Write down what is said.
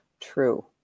true